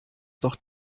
doch